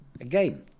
again